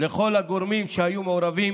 לכל הגורמים שהיו מעורבים